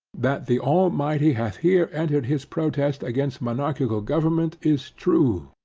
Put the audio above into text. that the almighty hath here entered his protest against monarchical government is true,